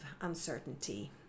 uncertainty